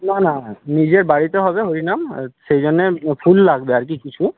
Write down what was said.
না না না নিজের বাড়িতে হবে হরিনাম সেই জন্যে ফুল লাগবে আর কি কিছু